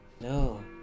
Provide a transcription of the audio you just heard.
No